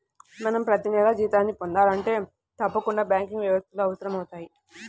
మనం ప్రతినెలా జీతాన్ని పొందాలంటే తప్పకుండా బ్యాంకింగ్ వ్యవస్థలు అవసరమవుతయ్